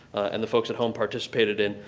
and the folks at home participated in.